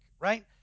right